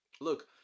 look